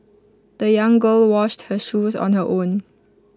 the young girl washed her shoes on her own